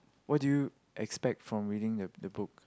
what do you expect from reading the the book